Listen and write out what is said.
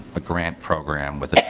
a grant program